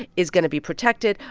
is going to be protected.